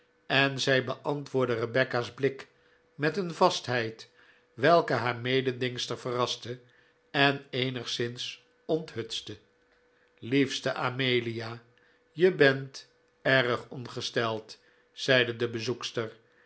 en zij beantwoordde rebecca's blik met een vastheid welke haar mededingster verraste en eenigszins onthutste liefste amelia je bent erg ongesteld zeide de bezoekster